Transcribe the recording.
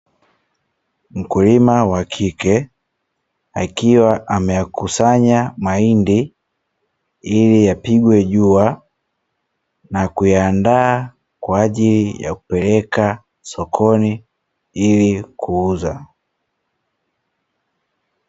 mkulima wa kike akiwa ameyakusanya mahindi ili yapigwe jua na kuyaandaa kwa ajili ya kupeleka sokoni ili kuuza.